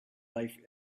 life